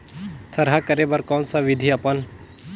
थरहा करे बर कौन सा विधि अपन?